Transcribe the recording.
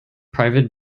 private